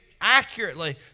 accurately